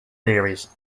theories